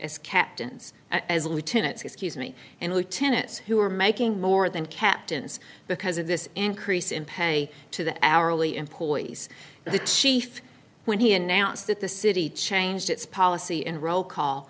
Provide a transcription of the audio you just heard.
as captains as lieutenants excuse me and lieutenants who were making more than captains because of this increase in pay to the hourly employees the chief when he announced that the city changed its policy in roll call